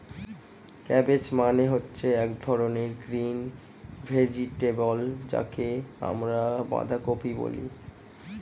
cabbage মানে হচ্ছে এক ধরনের গ্রিন ভেজিটেবল যাকে আমরা বাঁধাকপি বলি